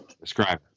describe